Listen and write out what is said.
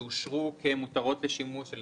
לגבי מערכות שאושרו כמותרות לשימוש על